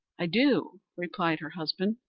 i do, replied her husband.